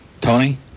Tony